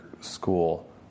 school